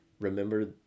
remember